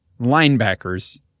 linebackers